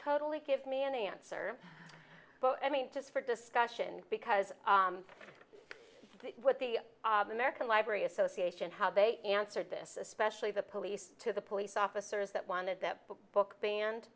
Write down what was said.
totally give me an answer but i mean just for discussion because what the american library association how they answered this especially the police to the police officers that wanted that book